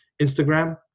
instagram